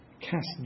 cast